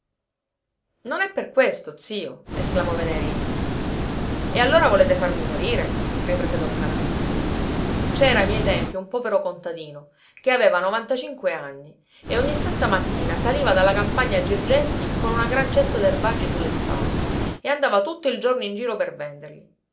non è per questo zio esclamò venerina e allora volete farmi morire riprese don paranza c'era ai miei tempi un povero contadino che aveva novantacinque anni e ogni santa mattina saliva dalla campagna a girgenti con una gran cesta d'erbaggi su le spalle e andava tutto il giorno in giro per venderli